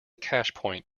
cashpoint